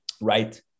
Right